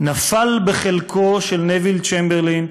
נפל בחלקו של נוויל צ'מברליין,